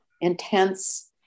intense